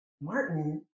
Martin